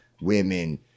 women